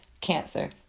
cancer